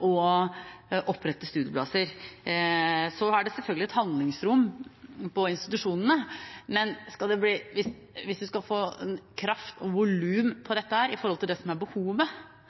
og opprette studieplasser. Så er det selvfølgelig et handlingsrom for institusjonene, men hvis en skal få kraft og volum på dette i forhold til det som er behovet,